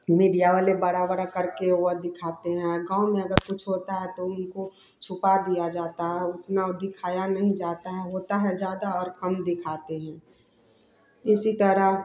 media वाले बड़ा बड़ा करके वह दिखाते हैं और गाँव में अगर कुछ होता है तो उनको छुपा दिया जाता है उतना दिखाया नहीं जाता है होता है ज़्यादा और कम दिखाते हैं इसी तरह